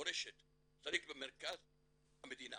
מורשת צריך במרכז המדינה